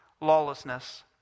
lawlessness